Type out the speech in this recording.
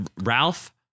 Ralph